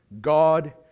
God